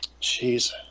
Jeez